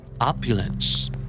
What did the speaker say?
Opulence